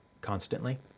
constantly